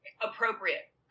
Appropriate